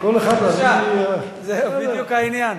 זה בדיוק העניין.